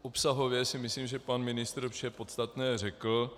Obsahově si myslím, že pan ministr vše podstatné řekl.